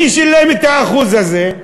מי שילם את ה-1% הזה?